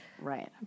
Right